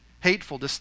hateful